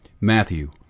Matthew